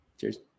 Cheers